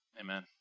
Amen